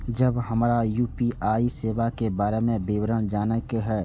जब हमरा यू.पी.आई सेवा के बारे में विवरण जाने के हाय?